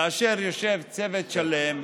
כאשר יושב צוות שלם,